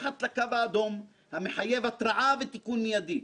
מתחת לקו האדום המחייב התרעה ותיקון מיידי.